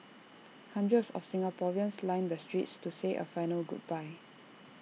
hundreds of Singaporeans lined the streets to say A final goodbye